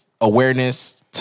awareness